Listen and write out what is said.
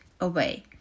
away